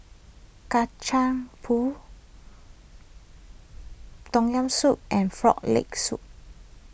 Kacang Pool Tom Yam Soup and Frog Leg Soup